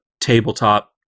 tabletop